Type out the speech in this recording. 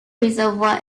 reservoir